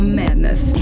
madness